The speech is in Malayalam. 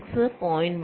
6 0